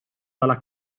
dalla